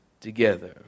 together